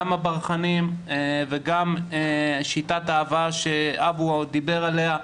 גם הברחנים וגם שיטת ההבאה שאבו וילן דיבר עליה,